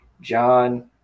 John